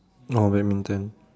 oh badminton